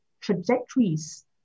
trajectories